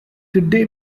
today